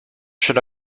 should